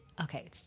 okay